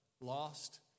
lost